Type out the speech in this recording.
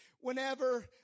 whenever